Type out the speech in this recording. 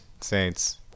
Saints